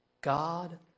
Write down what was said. God